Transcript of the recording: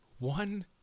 One